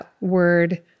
word